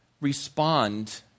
respond